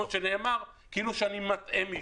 כפי שנאמר כאילו אני מטעה מישהו.